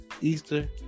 Easter